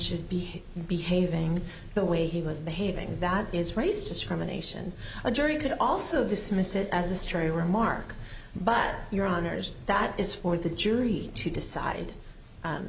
should be behaving the way he was behaving that is race discrimination a jury could also dismiss it as a stray remark but your honour's that is for the jury to decide